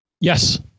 yes